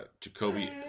Jacoby